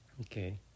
Okay